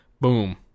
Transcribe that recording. Boom